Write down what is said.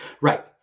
Right